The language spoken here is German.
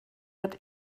wird